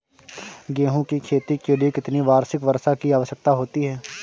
गेहूँ की खेती के लिए कितनी वार्षिक वर्षा की आवश्यकता होती है?